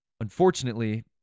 Unfortunately